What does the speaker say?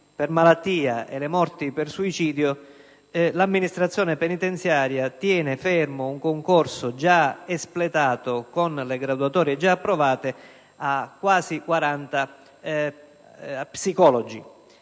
per malattia e per suicidio, l'amministrazione penitenziaria tiene fermo un concorso già espletato, con le graduatorie già approvate, per quasi 40 psicologi.